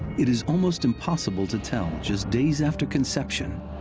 it is almost impossible to tell, just days after conception,